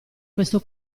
questo